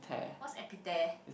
what's epitear